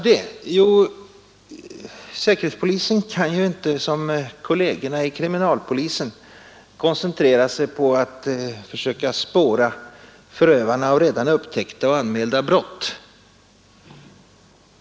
Jo, därför att säkerhetspolisen inte kan som kollegerna i kriminalpolisen koncentrera sig på att försöka spåra förövarna av redan upptäckta och anmälda brott.